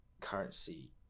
currency